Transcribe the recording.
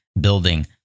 building